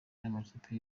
n’amakipe